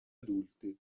adulti